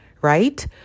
right